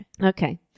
Okay